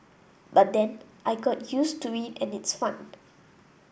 but then I got used to it and its fun